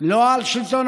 ולא חרגה משלוש דקות.